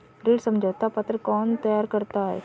ऋण समझौता पत्र कौन तैयार करता है?